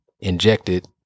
injected